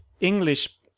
English